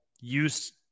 use